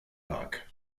park